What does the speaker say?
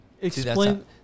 Explain